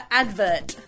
advert